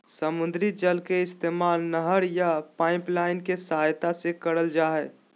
समुद्री जल के इस्तेमाल नहर या पाइपलाइन के सहायता से करल जा हय